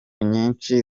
nyinshi